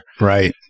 Right